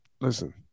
Listen